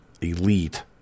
elite